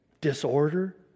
disorder